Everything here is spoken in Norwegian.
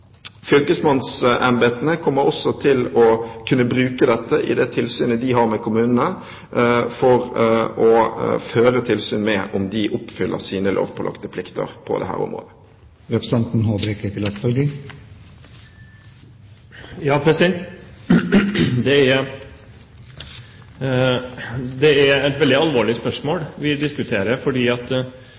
Fylkesmannsembetene kommer også til å kunne bruke dette i det tilsynet de har med kommunene for å føre tilsyn med om de oppfyller sine lovpålagte plikter på dette området. Det